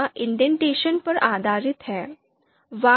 यह इंडेंटेशन पर आधारित है